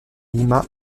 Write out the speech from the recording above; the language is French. lima